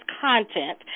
content